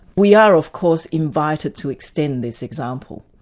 we are of course invited to extend this example,